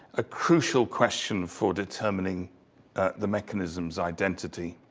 a crucial question for determining the mechanism's identity.